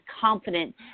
confident